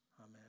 Amen